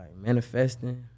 manifesting